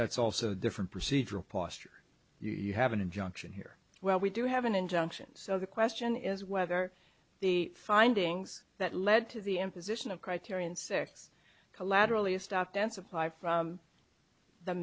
that's also different procedural posture you have an injunction here well we do have an injunction so the question is whether the findings that led to the imposition of criterion six collaterally a stopped and supply from the